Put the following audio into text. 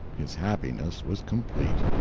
his happiness was complete.